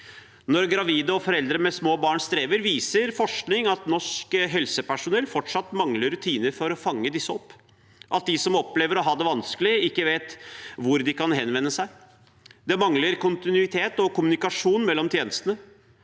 når foreldre med små barn strever, mangler norsk helsepersonell fortsatt rutiner for å fange opp disse, og at de som opplever å ha det vanskelig, ikke vet hvor de kan henvende seg. Det mangler kontinuitet og kommunikasjon mellom tjenestene,